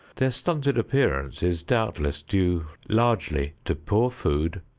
their stunted appearance is doubtless due largely to poor food,